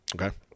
okay